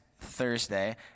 Thursday